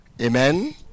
Amen